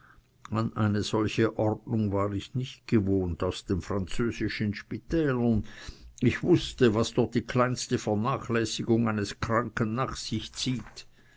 eine solche ordnung war ich nicht gewohnt aus den französischen spitälern ich wußte was dort die kleinste vernachlässigung eines kranken nach sich zieht